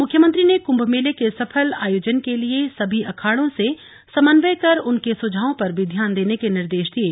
मुख्यमंत्री ने कुम्भ मेले के सफल आयोजन के लिये सभी अखाड़ों से समन्वय कर उनके सुझावों पर भी ध्यान देने के निर्देश दिये